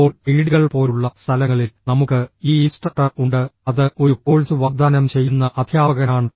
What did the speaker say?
ഇപ്പോൾ ഐഐടികൾ പോലുള്ള സ്ഥലങ്ങളിൽ നമുക്ക് ഈ ഇൻസ്ട്രക്ടർ ഉണ്ട് അത് ഒരു കോഴ്സ് വാഗ്ദാനം ചെയ്യുന്ന അധ്യാപകനാണ്